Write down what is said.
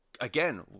again